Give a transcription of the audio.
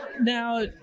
Now